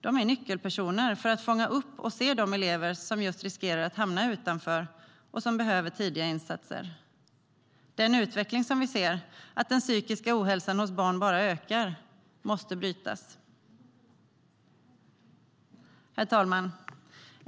De är nyckelpersoner i att fånga upp och se de elever som riskerar att hamna utanför och som behöver tidiga insatser. Den utveckling som vi ser, att den psykiska ohälsan hos barn bara ökar, måste brytas. Herr talman!